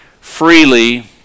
freely